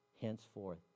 henceforth